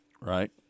Right